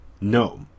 No